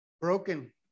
Broken